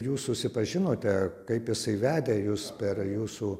jūs susipažinote kaip jisai vedė jus per jūsų